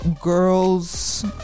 girls